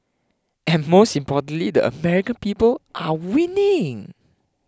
and most importantly the American people are winning